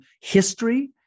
history